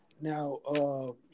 Now